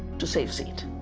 to save seed.